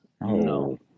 no